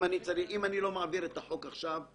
אם אני לא מעביר את החוק עכשיו,